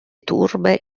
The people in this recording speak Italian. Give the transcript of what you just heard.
turbe